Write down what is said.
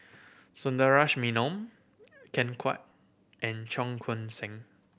Sundaresh Menon Ken Kwek and Cheong Koon Seng